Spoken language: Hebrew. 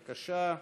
בבקשה.